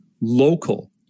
local